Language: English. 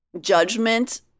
judgment